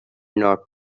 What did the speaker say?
not